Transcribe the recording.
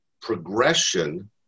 progression